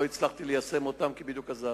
לא הצלחתי ליישם אותן כי בדיוק עזבתי.